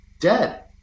dead